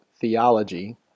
theology